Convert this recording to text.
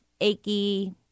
achy